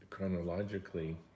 Chronologically